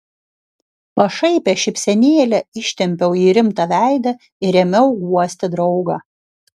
pašaipią šypsenėlę ištempiau į rimtą veidą ir ėmiau guosti draugą